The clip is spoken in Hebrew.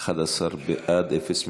שתקבע ועדת הכנסת נתקבלה.